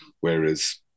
Whereas